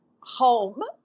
home